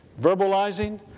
Verbalizing